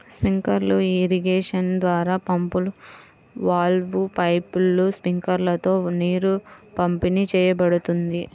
sprinkler irrigation ద్వారా పంపులు, వాల్వ్లు, పైపులు, స్ప్రింక్లర్లతో నీరు పంపిణీ చేయబడుతుంది